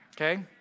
Okay